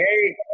hey